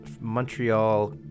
Montreal